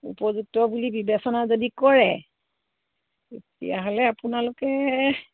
উপযুক্ত বুলি বিবেচনা যদি কৰে তেতিয়াহ'লে আপোনালোকে